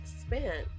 spent